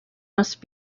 must